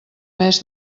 mes